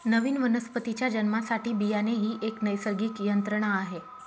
नवीन वनस्पतीच्या जन्मासाठी बियाणे ही एक नैसर्गिक यंत्रणा आहे